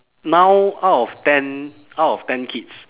now out of ten out of ten kids